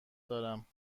دارم